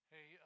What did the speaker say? Hey